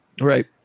Right